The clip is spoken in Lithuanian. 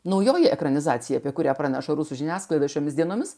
naujoji ekranizacija apie kurią praneša rusų žiniasklaida šiomis dienomis